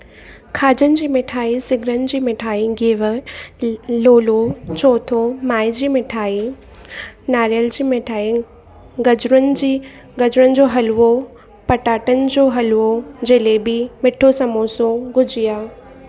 खाजनि जी मिठाई सिंगरनि जी मिठाई घेवर लोलो चोथो माए जी मिठाई नारियल जी मिठाई गजरनि जी गजरनि जो हलवो पटाटनि जो हलवो जलेबी मीठो समोसो गुजिया